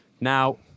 Now